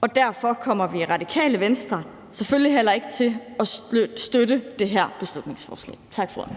og derfor kommer vi i Radikale Venstre selvfølgelig heller ikke til at støtte det her beslutningsforslag. Tak for ordet.